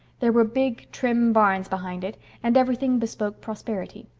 there were big, trim barns behind it, and everything bespoke prosperity.